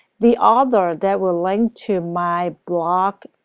the um other, that will link to my blog,